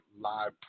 live